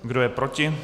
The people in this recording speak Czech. Kdo je proti?